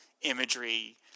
imagery